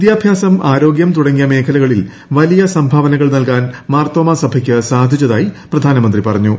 വിദ്യാഭ്യാസം ആരോഗ്യം തുടങ്ങിയ മേഖലകളിൽ വലിയ സംഭാവനകൾ നൽകാൻ മാർത്തോമ സഭയ്ക്ക് സാധിച്ചതായി പ്രധാനമന്ത്രി പറഞ്ഞു